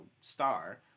star